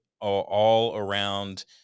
all-around